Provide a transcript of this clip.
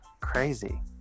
Crazy